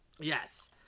Yes